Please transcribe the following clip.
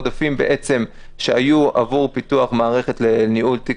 העודפים שהיו בעצם עבור פיתוח מערכת לניהול תיק